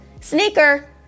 sneaker